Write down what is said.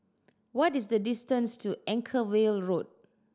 what is the distance to Anchorvale Road